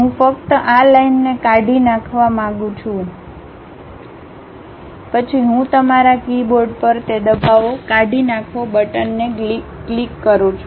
હું ફક્ત આ લાઇનને કાઢી નાખવા માંગુ છું પછી હું તમારા કીબોર્ડ પર તે દબાવો કાઢી નાંખો બટનને ક્લિક કરું છું